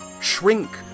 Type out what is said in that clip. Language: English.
shrink